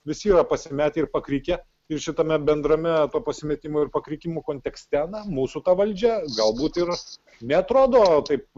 visi yra pasimetę ir pakrikę ir šitame bendrame pasimetimo ir pakrikimo kontekste mūsų valdžia galbūt ir neatrodo taip